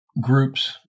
groups